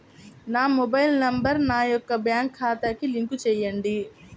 నా mobile number నా యొక్క బ్యాంక్ ఖాతాకి లింక్ చేయండీ?